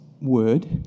word